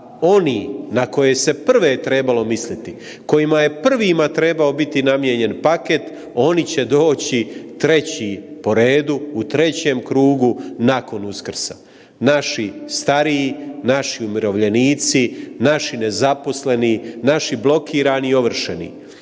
oni na koje se prve trebalo misliti, kojima je prvima trebao biti namijenjen paket oni će doći treći po redu, u trećem krugu nakon Uskrsa. Naši stariji, naši umirovljenici, naši nezaposleni, naši blokirani i ovršeni.